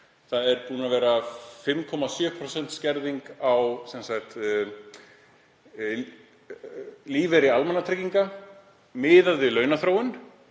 Það er búin að vera 5,7% skerðing á lífeyri almannatrygginga miðað við launaþróun.